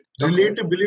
Relatability